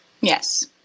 Yes